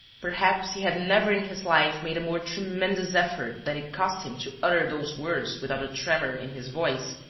perhaps he had never in his life made a more tremendous effort than it cost him to utter those words without a tremor in his voice,